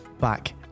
back